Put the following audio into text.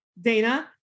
Dana